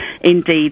indeed